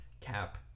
Cap